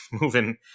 moving